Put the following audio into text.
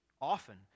often